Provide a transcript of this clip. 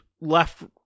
left